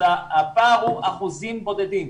אז הפער הוא אחוזים בודדים.